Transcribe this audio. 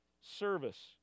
service